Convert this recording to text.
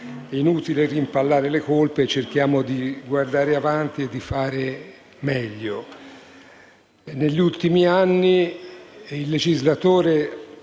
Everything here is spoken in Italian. Grazie